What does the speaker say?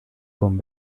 con